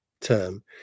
term